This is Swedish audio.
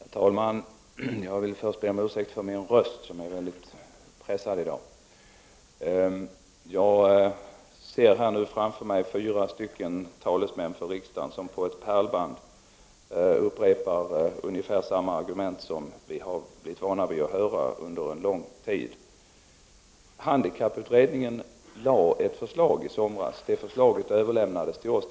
Herr talman! Jag vill först be om ursäkt för min röst, som är väldigt pressad i dag. Jag ser nu framför mig fyra talesmän för riksdagen som på ett pärlband upprepa ungefär samma argument som vi har blivit vana vid att höra under lång tid. Handikapputredningen lade fram ett förslag i somras. Det förslaget överlämnades till oss.